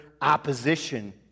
opposition